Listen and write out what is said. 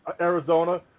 Arizona